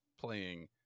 playing